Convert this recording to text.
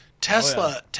Tesla